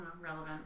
relevant